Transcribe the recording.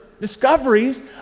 discoveries